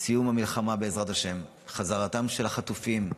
סיום המלחמה, בעזרת השם, חזרתם של החטופים,